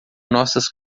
nossas